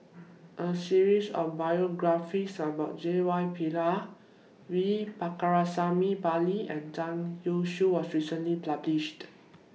A series of biographies about J Y Pillay V Pakirisamy Pillai and Zhang Youshuo was recently published